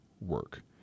work